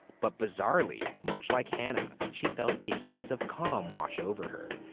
but bizarrely, much like hannah, she felt a sense of calm wash over her,